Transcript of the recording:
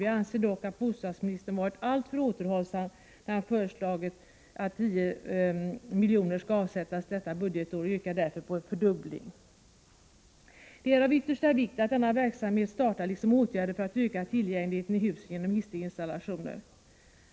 Vi anser dock att bostadsministern varit alltför återhållsam när han föreslagit att 10 miljoner skall avsättas detta budgetår och yrkar därför på en fördubbling. Det är av yttersta vikt att denna verksamhet startar, liksom åtgärder för att öka tillgängligheten i husen genom hissinstallationer.